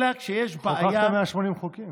אלא כשיש בעיה, חוקקת 180 חוקים.